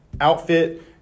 outfit